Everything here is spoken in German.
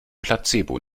placebo